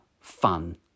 fun